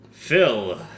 Phil